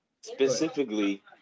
Specifically